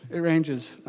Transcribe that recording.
it ranges.